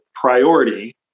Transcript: priority